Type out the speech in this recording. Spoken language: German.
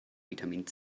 vitamin